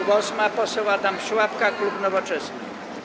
Głos ma poseł Adam Szłapka, klub Nowoczesna.